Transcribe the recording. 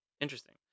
Interesting